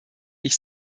ich